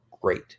great